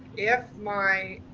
if my,